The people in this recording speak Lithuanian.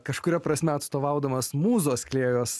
kažkuria prasme atstovaudamas mūzos klėjos